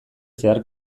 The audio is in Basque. zehar